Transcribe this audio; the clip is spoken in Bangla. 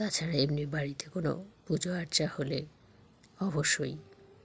তাছাড়া এমনি বাড়িতে কোনো পুজো আর্চা হলে অবশ্যই